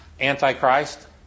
Antichrist